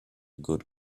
good